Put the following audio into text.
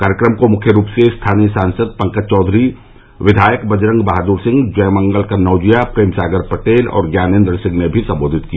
कार्यक्रम को मुख्य रूप से स्थानीय सांसद पंकज चौधरी विधायक बजरंग बहादुर सिंह जयमंगल कन्नौजिया प्रेमसागर पटेल और ज्ञानेन्द्र सिंह ने भी सम्बोधित किया